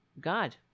God